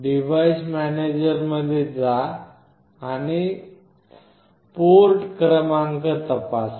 device manager मध्ये जा आणि पोर्ट क्रमांक तपासा